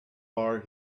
bar